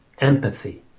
empathy